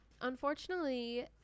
Unfortunately